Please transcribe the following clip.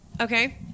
Okay